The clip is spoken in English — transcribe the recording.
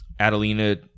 Adelina